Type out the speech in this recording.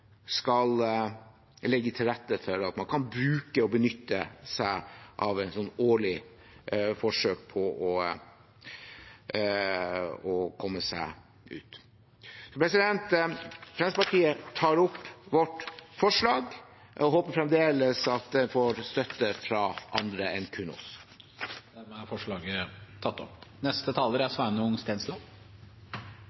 skal legge til rette for at man kan bruke og benytte seg av et sånt årlig forsøk på å komme seg ut. Jeg tar opp Fremskrittspartiets forslag og håper fremdeles at det får støtte fra andre enn kun oss. Representanten Per-Willy Amundsen har tatt opp